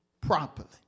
properly